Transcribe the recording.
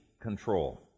control